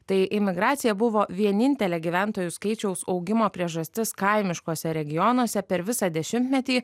tai imigracija buvo vienintelė gyventojų skaičiaus augimo priežastis kaimiškose regionuose per visą dešimtmetį